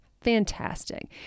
Fantastic